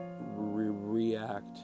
react